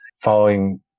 following